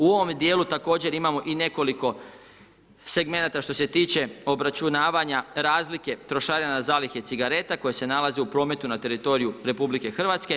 U ovome dijelu također imamo i nekoliko segmenata što se tiče obračunavanja razlike trošarina na zalihe cigareta koje se nalaze u prometu na teritoriju RH.